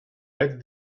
had